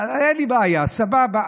אין לי בעיה, סבבה.